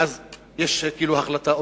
ואז יש כאילו החלטה אוטומטית.